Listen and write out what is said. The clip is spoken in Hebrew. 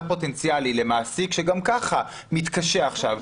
פוטנציאלי למעסיק שגם ככה מתקשה עכשיו,